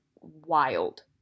wild